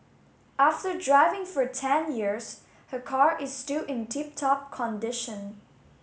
after driving for ten years her car is still in tip top condition